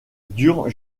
dure